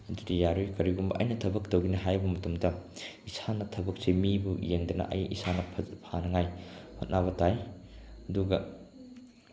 ꯑꯗꯨꯗꯤ ꯌꯥꯔꯣꯏ ꯀꯔꯤꯒꯨꯝꯕ ꯑꯩꯅ ꯊꯕꯛ ꯇꯧꯒꯅꯤ ꯍꯥꯏꯕ ꯃꯇꯝꯗ ꯏꯁꯥꯅ ꯊꯕꯛꯁꯦ ꯃꯤꯕꯨ ꯌꯦꯡꯗꯅ ꯑꯩ ꯏꯁꯥꯅ ꯐꯥꯅꯤꯡꯉꯥꯏ ꯍꯣꯠꯅꯕ ꯇꯥꯏ ꯑꯗꯨꯒ